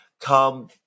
come